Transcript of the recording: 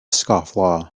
scofflaw